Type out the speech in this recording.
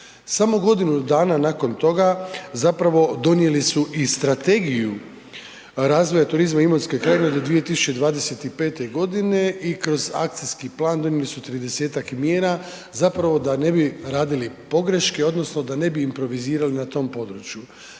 Samo godinu dana nakon toga zapravo donijeli su i strategiju razvoja turizma Imotske krajine do 2025.g. i kroz akcijski plan donijeli su 30-tak mjera zapravo da ne bi radili pogreške odnosno da ne bi improvizirali na tom području.